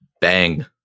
Bang